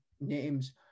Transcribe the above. names